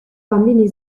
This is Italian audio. bambini